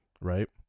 right